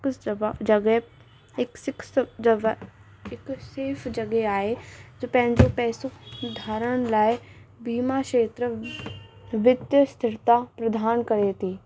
पिस जबा जॻहि हिकु सिक्स जॻ हिकु सेफ जॻहि आहे जो पंहिंजो पैसो उधारण लाइ बीमा क्षेत्र विक्र स्थिरता प्रधान करे थी